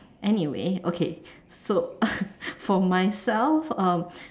anyway okay so for myself um